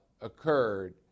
occurred